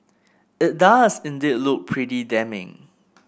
it does indeed look pretty damning